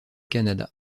canada